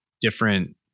different